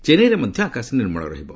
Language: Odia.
ଚେନ୍ନାଇରେ ମଧ ଆକାଶ ନିର୍ମଳ ରହିବ